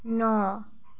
न'